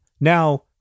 Now